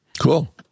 Cool